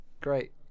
Great